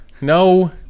No